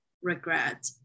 regret